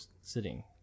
sitting